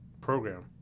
program